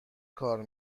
کار